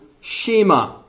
shema